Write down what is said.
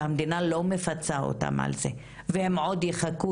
והמדינה לא מפצה אותן על זה והן עוד יחכו